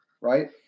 right